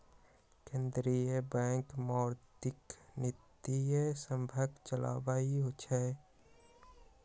केंद्रीय बैंक मौद्रिक नीतिय सभके चलाबइ छइ